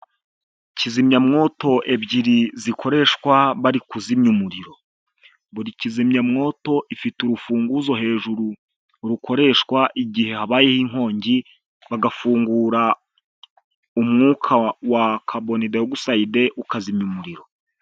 Kizimyamwoto ebyiri zikoreshwa bari kuzimya umuriro, buri kizimyamwoto ifite urufunguzo hejuru rukoreshwa igihe habayeho inkongi bagafungura umwuka wa kabonideyogisayide ukazimya umuriro.